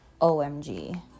omg